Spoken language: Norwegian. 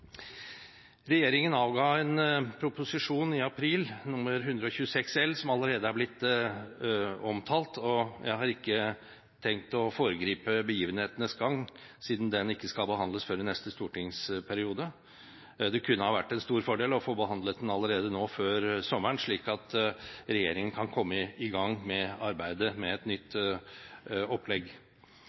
Regjeringen avga i april Prop. 126 L, som allerede er blitt omtalt. Jeg har ikke tenkt å foregripe begivenhetenes gang siden den ikke skal behandles før i neste stortingsperiode. Det kunne ha vært en stor fordel å få behandlet den allerede nå, før sommeren, slik at regjeringen kunne kommet i gang med arbeidet med et nytt opplegg.